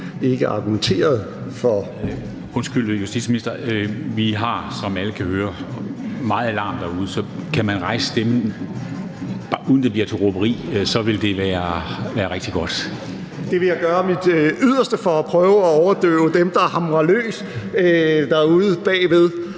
kan høre, meget larm udefra, så hvis man kan hæve stemmen, uden at det bliver til råberi, ville det være rigtig godt). Jeg vil gøre mit yderste for at prøve at overdøve dem, der hamrer løs derude.